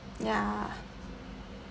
ya